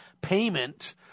payment